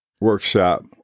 workshop